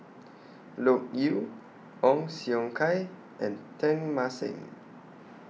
Loke Yew Ong Siong Kai and Teng Mah Seng